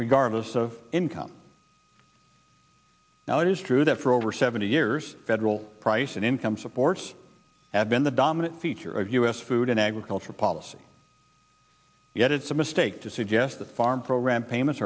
regardless of income now it is true that for over seventy years federal price and income support have been the dominant feature of u s food and agriculture policy yet it's a mistake to suggest the farm program payments